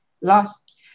lost